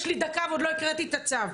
יש לי דקה ועוד לא הקראתי את הצו.